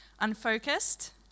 unfocused